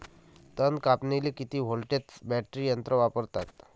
तन कापनीले किती व्होल्टचं बॅटरी यंत्र वापरतात?